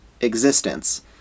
existence